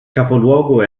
capoluogo